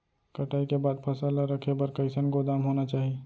कटाई के बाद फसल ला रखे बर कईसन गोदाम होना चाही?